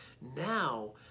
Now